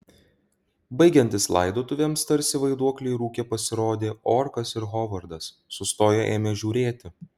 baigiantis laidotuvėms tarsi vaiduokliai rūke pasirodė orkas ir hovardas sustoję ėmė žiūrėti